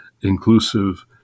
inclusive